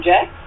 Jack